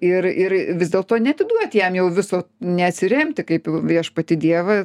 ir ir vis dėlto neatiduot jam jau viso ne atsiremti kaip į viešpatį dievą